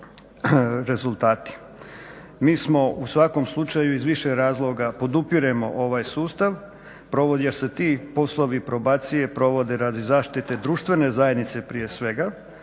Mi smo u svakom slučaju iz više razloga podupiremo ovaj sustav, provodio se ti poslovi probacije provode radi zaštite društvene zajednice prije svega,